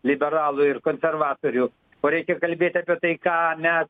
liberalų ir konservatorių o reikia kalbėti apie tai ką mes